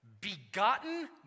Begotten